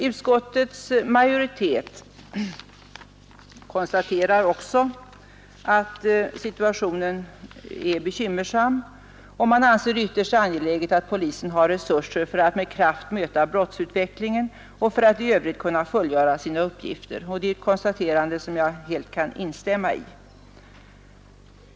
Utskottets majoritet konstaterar också att situationen är bekymmersam och anser det ytterst angeläget att polisen har resurser för att med kraft möta brottsutvecklingen och för att i övrigt kunna fullgöra sina uppgifter. Det är ett konstaterande som jag helt kan instämma i.